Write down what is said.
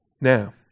Now